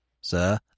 Sir